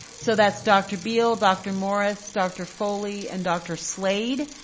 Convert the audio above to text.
so that's dr. beale, dr. morris, dr. foley and dr. slade.